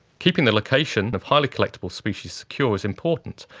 keeping the locations of highly collectable species secure is important,